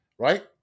Right